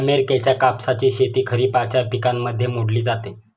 अमेरिकेच्या कापसाची शेती खरिपाच्या पिकांमध्ये मोडली जाते